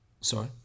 Sorry